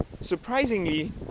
surprisingly